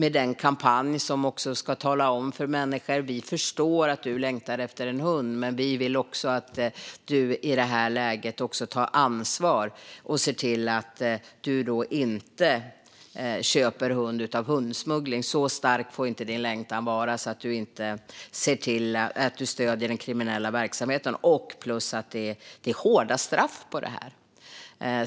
I en kampanj försöker vi tala om för människor att vi förstår att de längtar efter hund men att de måste ta ansvar och inte köpa en insmugglad hund. Längtan får inte vara så stark att man stöder kriminell verksamhet. Det är också hårda straff på det här.